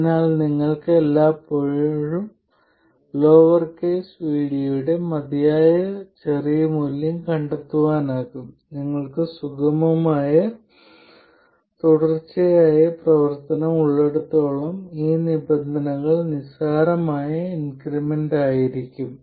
അതിനാൽ നിങ്ങൾക്ക് എല്ലായ്പ്പോഴും ലോവർ കേസ് v d യുടെ മതിയായ ചെറിയ മൂല്യം കണ്ടെത്താനാകും നിങ്ങൾക്ക് സുഗമമായ തുടർച്ചയായ പ്രവർത്തനം ഉള്ളിടത്തോളം ഈ നിബന്ധനകൾ നിസ്സാരമായ ഇൻക്രിമെന്റ് ആയിരിക്കും